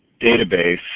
database